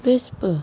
best apa